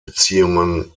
beziehungen